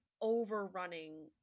overrunning